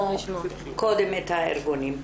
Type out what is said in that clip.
קודם את הארגונים.